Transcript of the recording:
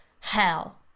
hell